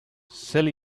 sell